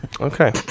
okay